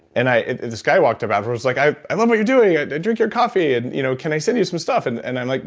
and this guy walked up afterward like, i i love what you're doing. i drink your coffee, and you know can i send you some stuff? and and i'm like,